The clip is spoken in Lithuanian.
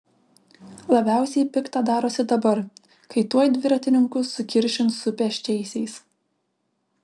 labiausiai pikta darosi dabar kai tuoj dviratininkus sukiršins su pėsčiaisiais